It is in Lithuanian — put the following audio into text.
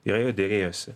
jo jau derėjosi